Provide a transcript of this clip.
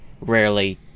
rarely